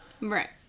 Right